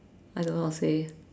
I don't know how to say